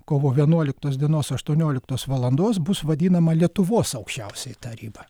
kovo vienuoliktos dienos aštuonioliktos valandos bus vadinama lietuvos aukščiausiąja taryba